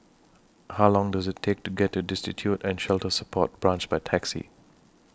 How Long Does IT Take to get to Destitute and Shelter Support Branch By Taxi